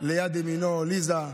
ליד ימינו ליזה.